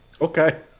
Okay